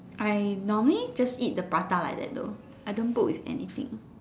I normally just like the prata like that though I don't put with anything